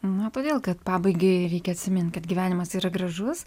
na todėl kad pabaigai reikia atsimint kad gyvenimas yra gražus